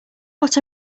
what